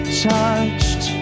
touched